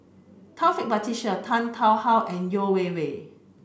Taufik Batisah Tan Tarn How and Yeo Wei Wei